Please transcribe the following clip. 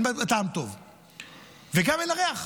אין בזה טעם טוב ואין גם ריח,